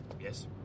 Yes